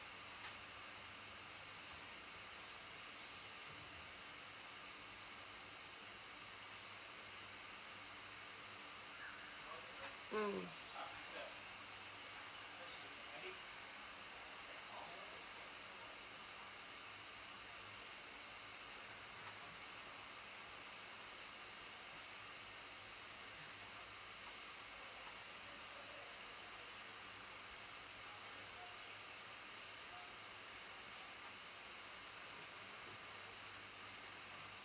mm